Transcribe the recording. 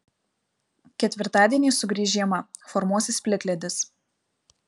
ketvirtadienį sugrįš žiema formuosis plikledis